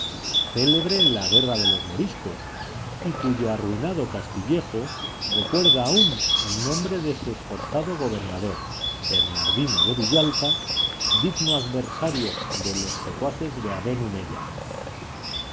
en la guerra de los moriscos y cuyo arruinado castillejo recuerda aún el nombre de su esforzado gobernador bernardino de villalta digno adversario de los secuaces de aben humeya